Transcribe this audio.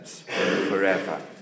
forever